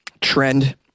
trend